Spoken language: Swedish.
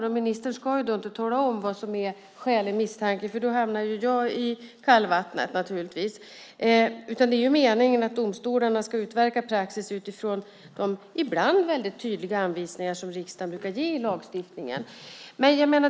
Jag som minister ska inte tala om vad som är skälig misstanke, för då hamnar jag naturligtvis i kallvattnet. Det är meningen att domstolarna ska utverka praxis utifrån de ibland väldigt tydliga anvisningar som riksdagen brukar ge i lagstiftningen.